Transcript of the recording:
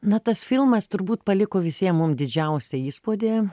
na tas filmas turbūt paliko visiem mum didžiausią įspūdį